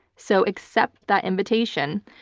so accept that invitation.